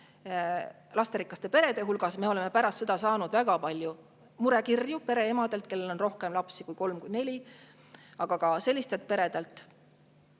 lasterikaste perede hulgas. Me oleme pärast seda saanud väga palju murekirju pereemadelt, kellel on rohkem lapsi kui kolm-neli, aga ka sellistelt peredelt.